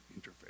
interface